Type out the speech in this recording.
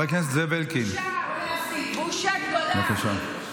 בושה גדולה.